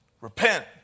Repent